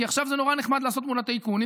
כי עכשיו זה נורא נחמד לעשות מול הטייקונים,